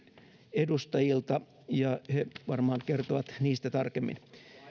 edustajilta ja he varmaan kertovat niistä tarkemmin